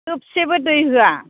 थोबसेबो दै होआ